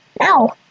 No